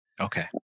Okay